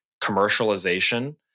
commercialization